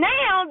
Now